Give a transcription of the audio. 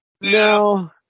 No